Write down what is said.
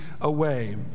away